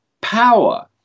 power